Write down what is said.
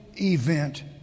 event